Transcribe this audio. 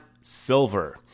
Silver